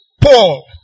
Paul